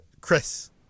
Chris